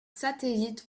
satellites